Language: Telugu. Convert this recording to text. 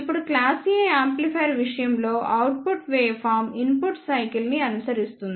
ఇప్పుడు క్లాస్ A యాంప్లిఫైయర్ విషయంలో output waveform input cycle ని అనుసరిస్తుంది